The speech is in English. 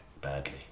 badly